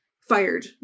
fired